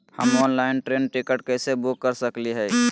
हम online train ticket कैसे book कर सकली हई?